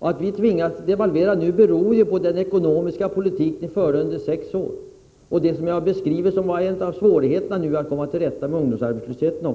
Att vi sedan tvingades devalvera berodde på den ekonomiska politik som ni förde under sex år och även på den politik som ni förde när det gällde att komma till rätta med ungdomsarbetslösheten.